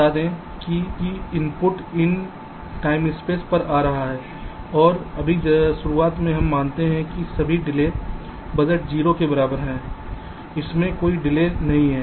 बता दें कि इनपुट इन टाइम स्टेप्स पर आ रहे हैं और अभी शुरुआत में हम मानते हैं कि सभी डिले बजट 0 के बराबर हैं इसमें कोई डिले नहीं है